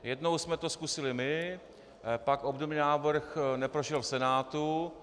Jednou jsme to zkusili my, pak obdobný návrh neprošel v Senátu.